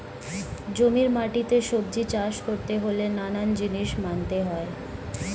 জমির মাটিতে সবজি চাষ করতে হলে নানান জিনিস মানতে হয়